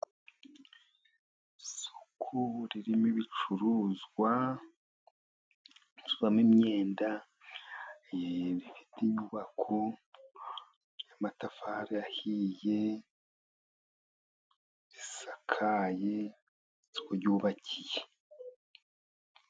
Isoko ririmo ibicuruzwa, ricururizwamo imyenda, rifite inyubako y'amatafari ahiye, risakaye, isoko ryubakiye.